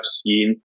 seen